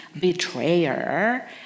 betrayer